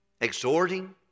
Exhorting